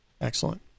Excellent